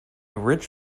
rich